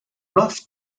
rough